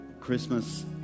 Christmas